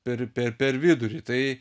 per per per vidurį tai